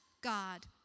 God